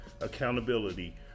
accountability